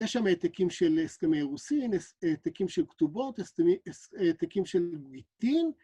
‫יש שם העתקים של הסכמי רוסים, ‫העתקים של כתובות, העתקים של מיתים.